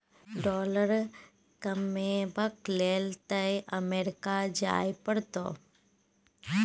dollar कमेबाक लेल तए अमरीका जाय परतौ